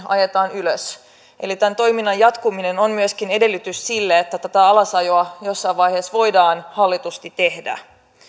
ajetaan ylös eli tämän toiminnan jatkuminen on myöskin edellytys sille että tätä alasajoa jossain vaiheessa voidaan hallitusti tehdä